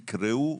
תקראו,